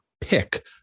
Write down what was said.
Pick